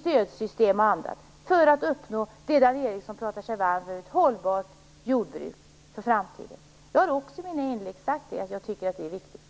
stödsystem och annat, för att uppnå det Dan Ericsson pratar sig varm för: ett hållbart jordbruk för framtiden. Jag har också i mina inlägg sagt att jag tycker att det är viktigt.